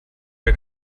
der